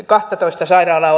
kahtatoista sairaalaa